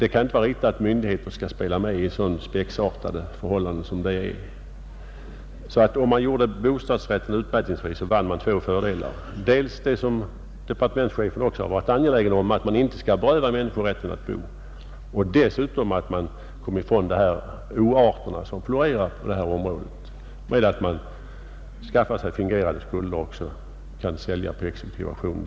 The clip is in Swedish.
Det kan inte vara riktigt att myndigheterna skall spela med i sådana spexartade föreställningar. Om bostadsrätten gjordes utmätningsfri vann man två fördelar: dels — och det har departementschefen också varit angelägen om =— att människor inte berövas rätten att bo, dels att man kommer ifrån dessa avarter med fingerade skulder och försäljningar på exekutiv auktion.